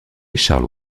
charles